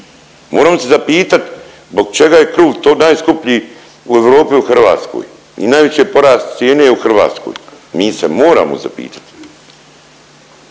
Moramo se zapitat zbog čega je kruh tu najskuplji u Europi, u Hrvatskoj i najveći je porast cijene u Hrvatskoj. Mi se moramo zapitati.